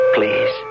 Please